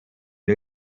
new